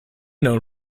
known